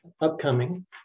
upcoming